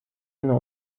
نوع